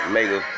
Mega